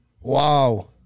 Wow